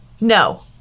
No